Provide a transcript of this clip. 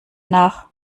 nach